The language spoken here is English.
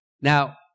Now